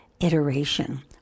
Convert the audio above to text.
iteration